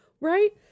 Right